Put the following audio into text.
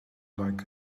like